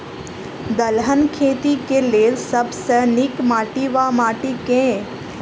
दलहन खेती केँ लेल सब सऽ नीक माटि वा माटि केँ?